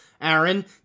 Aaron